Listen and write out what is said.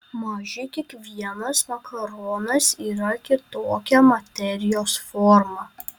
mažiui kiekvienas makaronas yra kitokia materijos forma